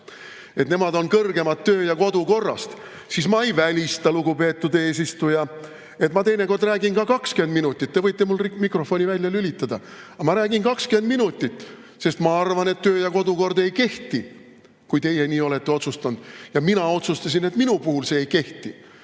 et nemad on kõrgemal töö- ja kodukorrast, siis ma ei välista, lugupeetud eesistuja, et ma teinekord räägin ka 20 minutit. Te võite mul mikrofoni välja lülitada, aga ma räägin 20 minutit, sest ma arvan, et töö- ja kodukord ei kehti, kui teie nii olete otsustanud. Ja mina otsustasin, et minu puhul see ei kehti.